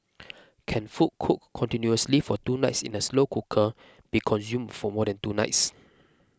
can food cooked continuously for two nights in a slow cooker be consumed for more than two nights